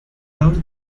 out